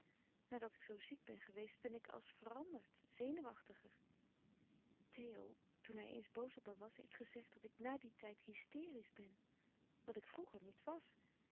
nadat ik zoo ziek ben geweest ben ik als veranderd zenuwachtiger theo toen hij eens boos op me was heeft gezegd dat ik na dien tijd hysterisch ben wat ik vroeger niet was